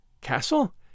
Castle